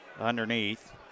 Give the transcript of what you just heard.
underneath